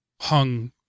hung